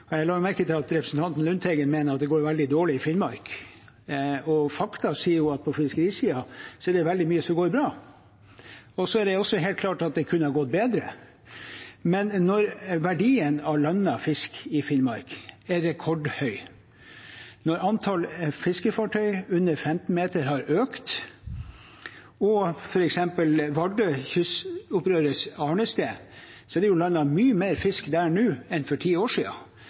Jeg la merke til at representanten Lundteigen mener at det går veldig dårlig i Finnmark. Fakta sier at på fiskerisiden er det veldig mye som går bra, og så er det også helt klart at det kunne ha gått bedre. Men når verdien av landet fisk i Finnmark er rekordhøy, når antall fiskefartøy under 15 meter har økt, og når det f.eks. i Vardø, kystopprørets arnested, nå er landet mye mer fisk enn for ti år